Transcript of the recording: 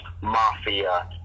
Mafia